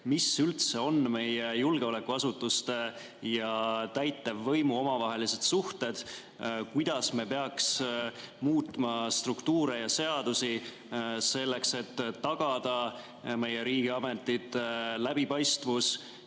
mis üldse on meie julgeolekuasutuste ja täitevvõimu omavahelised suhted, kuidas me peaks muutma struktuure ja seadusi, selleks et tagada meie riigiametite läbipaistvus?